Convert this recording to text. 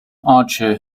archer